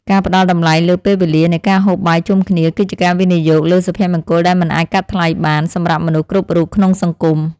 ការផ្តល់តម្លៃលើពេលវេលានៃការហូបបាយជុំគ្នា គឺជាការវិនិយោគលើសុភមង្គលដែលមិនអាចកាត់ថ្លៃបានសម្រាប់មនុស្សគ្រប់រូបក្នុងសង្គម។